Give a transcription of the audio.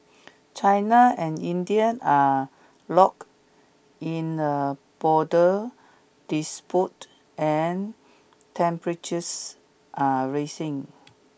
China and Indian are locked in a border dispute and temperatures are raising